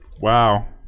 Wow